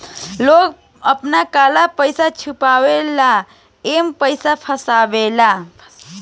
लोग आपन काला पइसा छुपावे ला एमे पइसा फसावेलन